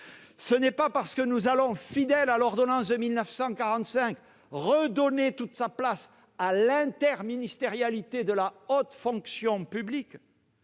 Ce n'est pas parce que, fidèles à l'ordonnance de 1945, nous allons redonner toute sa place à l'interministérialité de la haute fonction publique